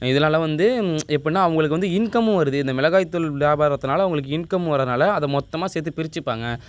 இதனால வந்து எப்பிடின்னா அவங்களுக்கு வந்து இன்கம்மும் வருது இந்த மிளகாய் தூள் வியாபாரத்தனால அவங்களுக்கு இன்கம் வரதனால அதை மொத்தமாக சேர்த்து பிரிச்சுப்பாங்க